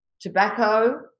tobacco